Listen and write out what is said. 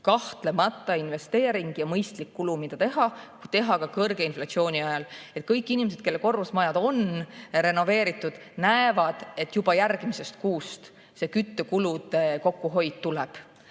kahtlemata see on investeering ja mõistlik kulu, mida teha, ja teha ka kõrge inflatsiooni ajal. Kõik inimesed, kelle korrusmajad on renoveeritud, näevad, et juba järgmisest kuust tuleb küttekulude kokkuhoid.